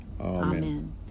Amen